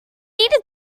need